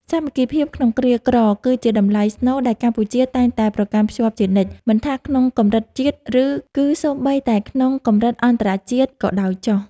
សាមគ្គីភាពក្នុងគ្រាក្រគឺជាតម្លៃស្នូលដែលកម្ពុជាតែងតែប្រកាន់ខ្ជាប់ជានិច្ច មិនថាក្នុងកម្រិតជាតិ ឬ គឺសូម្បីតែក្នុងកម្រិតអន្តរជាតិក៏ដោយចុះ។